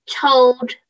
told